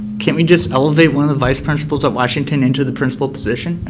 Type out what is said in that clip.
can't we just elevate one of the vice principals at washington into the principal position? and